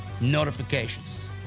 notifications